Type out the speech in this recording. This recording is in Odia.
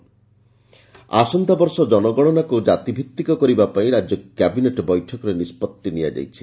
କ୍ୟାବିନେଟ୍ ଆସନ୍ତା ବର୍ଷ ଜନଗଣନାକୁ ଜାତିଭିତ୍ତିକ କରିବା ପାଇଁ ରାଜ୍ୟ କ୍ୟାବିନେଟ୍ ବୈଠକରେ ନିଷ୍ବତ୍ତି ନିଆଯାଇଛି